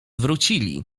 wrócili